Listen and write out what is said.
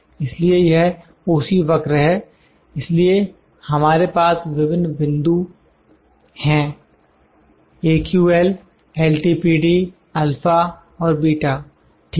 इसलिए यह O C वक्र है इसलिए हमारे पास विभिन्न बिंदु हैं A Q L L T P D α और β ठीक है